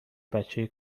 بچه